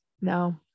no